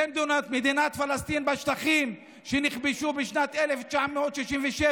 מדינת פלסטין בשטחים שנכבשו בשנת 1967,